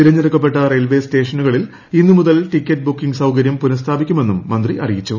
തിരഞ്ഞെടുക്കപ്പെട്ട റയിൽവേ സ്റ്റേഷനുകളിൽ ഇന്നു മുതൽ ടിക്കറ്റ് ബുക്കിംഗ് സൌകര്യം പുനസ്ഥാപിക്കുമെന്നും മന്ത്രി അറിയിച്ചു